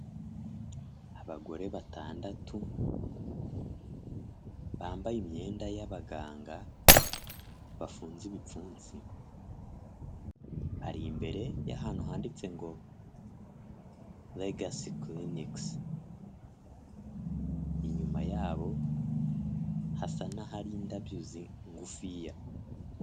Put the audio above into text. Abagore batandatu bambaye imyenda y'abaganga bafunze ibipfunsi, bari imbere y'ahantu handi ngo regasi kilinikisi, inyuma yabo hasa n'ahari indabyo ngufiya.